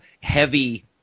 heavy